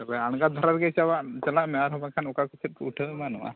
ᱛᱚᱵᱮ ᱟᱬᱜᱟ ᱫᱷᱟᱨᱟ ᱨᱮᱜᱮ ᱪᱟᱞᱟᱜ ᱢᱮ ᱟᱨ ᱦᱚᱸ ᱵᱟᱝᱠᱷᱟᱱ ᱚᱠᱟ ᱠᱚᱥᱮᱫ ᱠᱚ ᱩᱴᱷᱟᱹᱣ ᱮᱢᱟᱱᱚᱜᱼᱟ